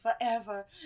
forever